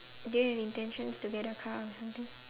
do you have intentions to get a car or something